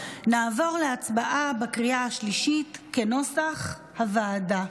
נעבור להצבעה בקריאה שלישית, כנוסח הוועדה.